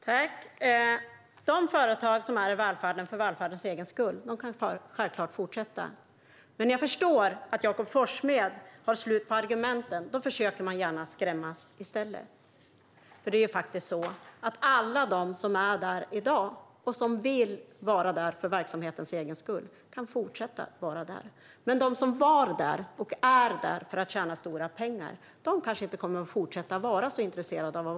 Herr talman! De företag som är i välfärden för välfärdens egen skull kan självklart fortsätta. Jag förstår att Jakob Forssmed har slut på argument; då försöker man gärna skrämmas i stället. Alla som är i välfärden i dag och som vill vara där för verksamhetens egen skull kan fortsätta. Men de som var och är där för att tjäna stora pengar kommer kanske inte att fortsätta vara särskilt intresserade av det.